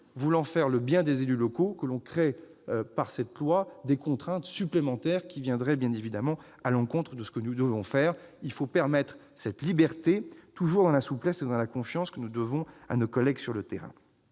visant à faire le bien des élus locaux ce texte ne crée des contraintes supplémentaires, ce qui irait bien évidemment à l'encontre de ce que nous devons faire. Il faut permettre cette liberté, dans la souplesse et la confiance que nous devons toujours à nos collègues sur le terrain.